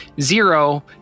Zero